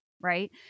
right